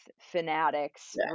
fanatics